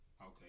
okay